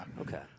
Okay